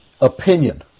opinion